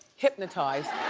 hypnotized.